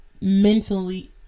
mentally